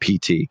PT